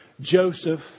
Joseph